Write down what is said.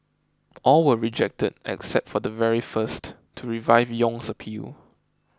all were rejected except for the very first to revive Yong's appeal